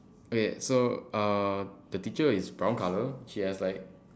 okay so uh the teacher is brown colour she has like